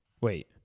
Wait